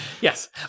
Yes